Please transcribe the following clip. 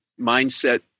mindset